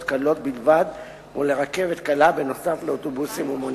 קלות בלבד ורכבת קלה נוסף על אוטובוסים ומוניות.